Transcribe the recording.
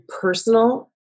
personal